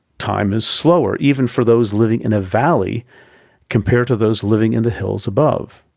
time is slower even for those living in a valley compared to those living in the hills above.